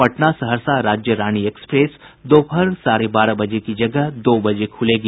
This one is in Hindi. पटना सहरसा राज्यरानी एक्सप्रेस दोपहर साढ़े बारह बजे की जगह दो बजे खुलेगी